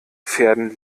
pferden